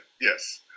Yes